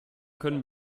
können